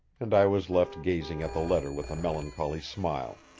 and i was left gazing at the letter with a melancholy smile.